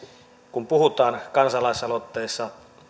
kun kansalaisaloitteessa puhutaan